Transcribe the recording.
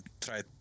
Try